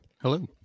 Hello